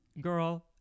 girl